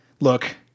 look